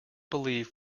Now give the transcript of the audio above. believe